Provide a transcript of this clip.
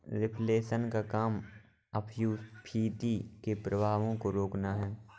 reflation का काम अपस्फीति के प्रभावों को रोकना है